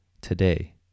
today